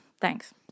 Thanks